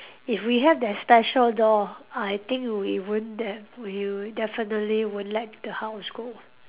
if we have that special door I think we won't de~ we would definitely won't let the house go